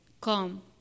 Come